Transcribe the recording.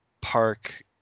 park